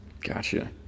Gotcha